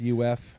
UF